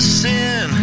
sin